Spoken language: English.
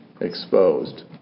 exposed